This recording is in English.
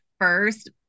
first